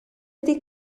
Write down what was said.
ydy